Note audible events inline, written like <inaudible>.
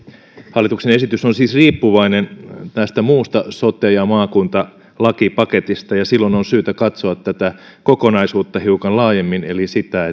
hallituksen esitys on siis riippuvainen tästä muusta sote ja maakuntalakipaketista ja silloin on syytä katsoa tätä kokonaisuutta hiukan laajemmin eli sitä <unintelligible>